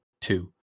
two